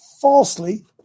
falsely